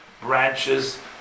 branches